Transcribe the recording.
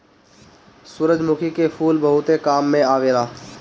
सूरजमुखी के फूल बहुते काम में आवेला